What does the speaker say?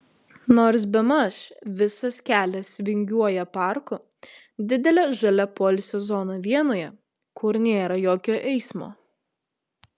nors bemaž visas kelias vingiuoja parku didele žalia poilsio zona vienoje kur nėra jokio eismo